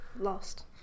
lost